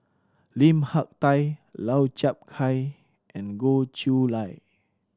Lim Hak Tai Lau Chiap Khai and Goh Chiew Lye